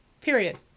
period